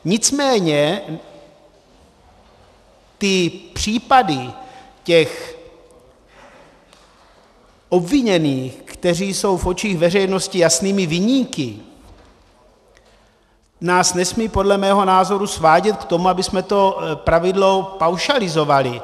Nicméně případy těch obviněných, kteří jsou v očích veřejnosti jasnými viníky, nás nesmí podle mého názoru svádět k tomu, abychom to pravidlo paušalizovali.